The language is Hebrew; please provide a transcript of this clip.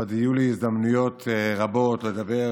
ועוד יהיו לי הזדמנויות רבות לדבר